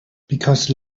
because